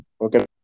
Okay